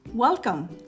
Welcome